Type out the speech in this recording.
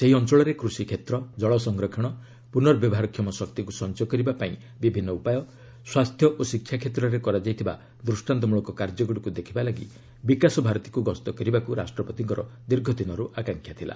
ସେହି ଅଞ୍ଚଳରେ କୃଷି କ୍ଷେତ୍ର ଜଳ ସଂରକ୍ଷଣ ପୁର୍ନବ୍ୟବହାରକ୍ଷମ ଶକ୍ତିକୁ ସଞ୍ଚୟ କରିବା ପାଇଁ ବିଭିନ୍ନ ଉପାୟ ସ୍ୱାସ୍ଥ୍ୟ ଓ ଶିକ୍ଷା କ୍ଷେତ୍ରରେ କରାଯାଇଥିବା ଦୃଷ୍ଟାନ୍ତମଳକ କାର୍ଯ୍ୟଗୁଡ଼ିକୁ ଦେଖିବା ଲାଗି ବିକାଶଭାରତୀକୁ ଗସ୍ତ କରିବାକୁ ରାଷ୍ଟ୍ରପତିଙ୍କର ଦୀର୍ଘଦିନରୁ ଆକାଂକ୍ଷା ଥିଲା